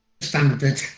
standard